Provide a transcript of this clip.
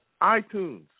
iTunes